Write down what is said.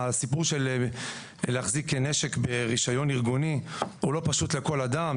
הסיפור של להחזיק נשק ברישיון ארגוני הוא לא פשוט לכל אדם.